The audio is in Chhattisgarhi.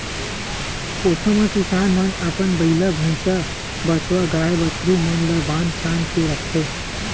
कोठा म किसान मन अपन बइला, भइसा, बछवा, गाय, बछरू मन ल बांध छांद के रखथे